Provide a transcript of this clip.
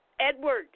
Edward